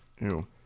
Ew